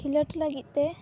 ᱠᱷᱮᱞᱳᱰ ᱞᱟᱹᱜᱤᱫ ᱛᱮ